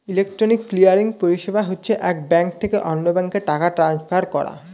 electronic clearing পরিষেবা হচ্ছে এক ব্যাঙ্ক থেকে অন্য ব্যাঙ্কে টাকা ট্রান্সফার করা